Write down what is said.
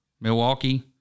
Milwaukee